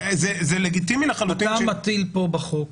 אתה מטיל פה בחוק